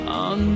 on